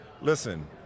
listen